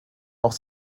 auch